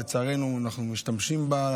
לצערנו אנחנו משתמשים בה,